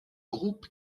groupe